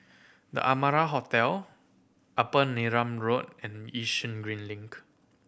The Amara Hotel Upper Neram Road and Yishun Green Link